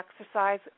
exercise